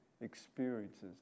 experiences